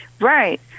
Right